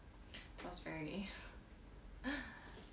pass already